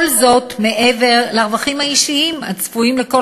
כל זאת מעבר לרווחים האישיים הצפויים לכל